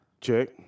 Check